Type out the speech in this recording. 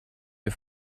ihr